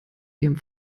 ihrem